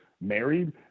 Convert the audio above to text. married